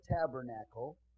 tabernacle